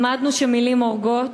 למדנו שמילים הורגות,